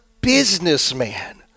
businessman